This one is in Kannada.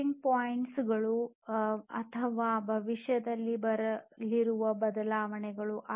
ಟಿಪ್ಪಿಂಗ್ ಪಾಯಿಂಟ್ ಗಳು ಅಥವಾ ಭವಿಷ್ಯದಲ್ಲಿ ಬರಲಿರುವ ಬದಲಾವಣೆಗಳು